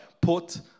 put